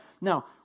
Now